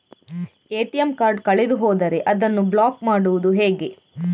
ATM card ಕಳೆದು ಹೋದರೆ ಅದನ್ನು ಬ್ಲಾಕ್ ಮಾಡುವುದು ಹೇಗೆ?